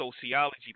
sociology